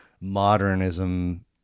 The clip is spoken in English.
modernism